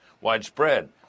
widespread